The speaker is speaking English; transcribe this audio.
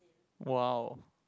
!wow!